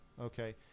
Okay